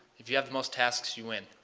if you have the most tasks you win.